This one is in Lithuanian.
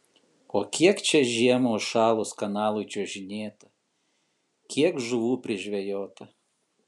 o kiek čia žiemą užšalus kanalui čiuožinėta kiek žuvų prižvejota